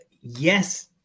yes